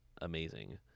amazing